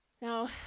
Now